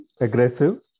aggressive